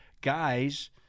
guys